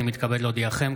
אני מתכבד להודיעכם,